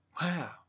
Wow